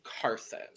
Carson